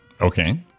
Okay